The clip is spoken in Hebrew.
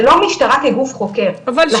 זה לא המשטרה כגוף חוקר.